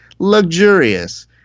luxurious